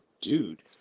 dude